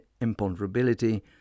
imponderability